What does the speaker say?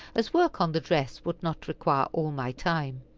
as work on the dress would not require all my time.